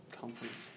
confidence